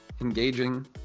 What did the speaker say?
engaging